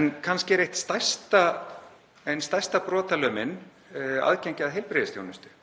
En kannski er ein stærsta brotalömin aðgengi að heilbrigðisþjónustu.